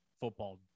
football